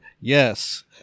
Yes